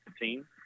team